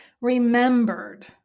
remembered